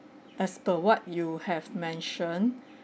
as per what you have mention